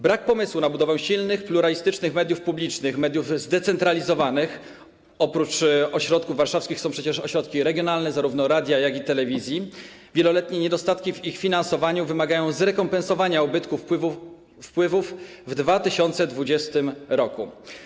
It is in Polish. Brak pomysłu na budowę silnych, pluralistycznych mediów publicznych, mediów zdecentralizowanych - oprócz ośrodków warszawskich są przecież ośrodki regionalne, zarówno radia, jak i telewizji - i wieloletnie niedostatki w ich finansowaniu wymagają zrekompensowania ubytków wpływów w 2020 r.